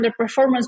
underperformance